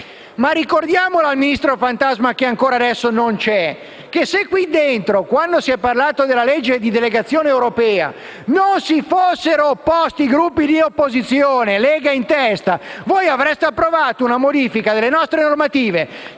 Ricordiamo al Ministro fantasma, che ancora adesso non è presente in Aula, che se qui, quando si è parlato della legge di delegazione europea, non si fossero opposti i Gruppi d'opposizione, Lega in testa, voi avreste approvato una modifica alle nostre normative